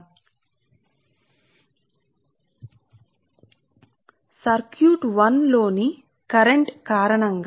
ఇప్పుడు కాబట్టి ఈ mutual inductance పరస్పర ప్రేరణ కారణంగా